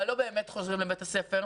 אבל לא באמת חוזרים לבית הספר,